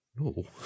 No